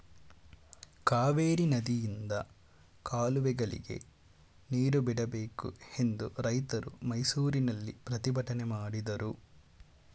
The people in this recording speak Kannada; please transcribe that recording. ಕಾವೇರಿ ನದಿಯಿಂದ ಕಾಲುವೆಗಳಿಗೆ ನೀರು ಬಿಡಬೇಕು ಎಂದು ರೈತರು ಮೈಸೂರಿನಲ್ಲಿ ಪ್ರತಿಭಟನೆ ಮಾಡಿದರು